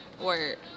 Word